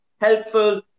helpful